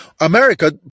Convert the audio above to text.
America